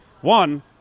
One